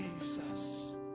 Jesus